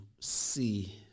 see